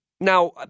Now